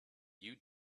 you